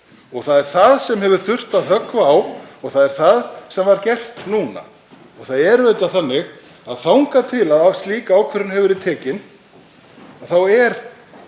Það er það sem hefur þurft að höggva á og það er það sem var gert núna. Það er auðvitað þannig að þangað til að slík ákvörðun hefur verið tekin er